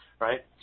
right